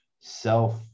self